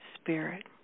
spirit